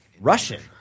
Russian